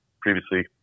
previously